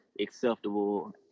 acceptable